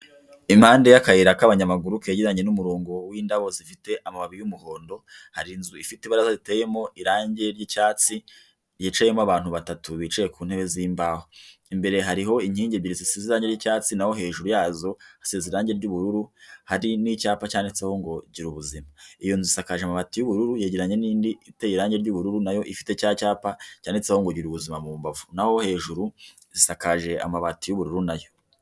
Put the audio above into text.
Impande y'akayira k'abanyamaguru kegeranye n'umurongo w'indabo zifite amababi y'umuhondo, hari inzu ifite ibaraza riteyemo irangi ry'icyatsi, yicayemo abantu batatu bicaye ku ntebe z'imbaho. Imbere hariho inkingi ebyiri zisize irange ry'icyatsi naho hejuru yazo hasize irangi ry'ububururu, hari n'icyapa cyanditseho ngo: "Gira ubuzima". Iyo nzu isakaje amabati y'ubururu yegeranye n'indi iteye irangi ry'ubururu nayo ifite cya cyapa cyanditseho ngo: "gira ubuzima" mu mbavu. Naho hejuru isakaje amabati y'ubururu nayo.